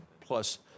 plus